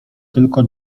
tylko